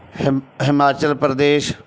ਹਿਮ Himachal Pradesh